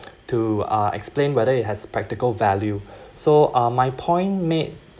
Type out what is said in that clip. to uh explain whether it has practical value so uh my point made